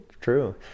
true